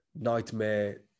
nightmare